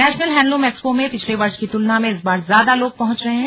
national handloom expo में पिछले वर्ष की तुलना में इस बार ज्यादा लोग पहुंच रहे हैं